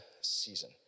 season